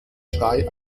schrei